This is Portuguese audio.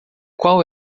qual